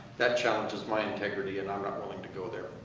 that challenges my integrity and i'm not willing to go there.